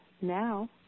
now